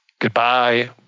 Goodbye